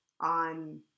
on